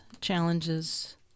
challenges